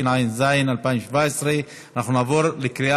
התשע"ז 2017. אנחנו נעבור לקריאה